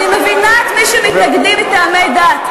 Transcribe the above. אני מבינה את מי שמתנגדים מטעמי דת,